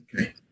Okay